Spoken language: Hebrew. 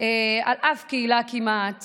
כמעט